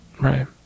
Right